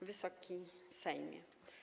Wysoki Sejmie!